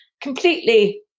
completely